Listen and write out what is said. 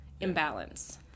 imbalance